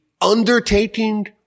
Undertaking